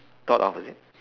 thought of is it